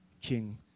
king